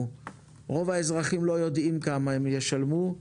אבל רוב האזרחים לא יודעים כמה הם ישלמו,